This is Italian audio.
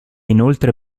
inoltre